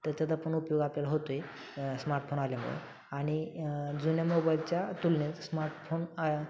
तर त्याचा पण उपयोग आपल्याला होतो आहे स्मार्टफोन आल्यामुळे आणि जुन्या मोबाईलच्या तुलनेत स्मार्टफोन